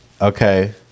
Okay